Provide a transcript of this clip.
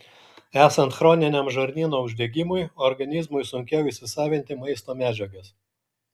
esant chroniniam žarnyno uždegimui organizmui sunkiau įsisavinti maisto medžiagas